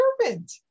servant